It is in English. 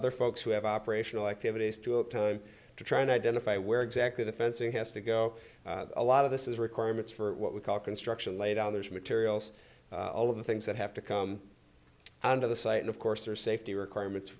other folks who have operational activities to up time to try and identify where exactly the fencing has to go a lot of this is requirements for what we call construction laid out there's materials all of the things that have to come out of the site and of course are safety requirements